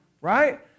Right